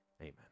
Amen